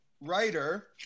writer